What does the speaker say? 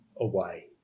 away